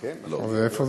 לא, לא.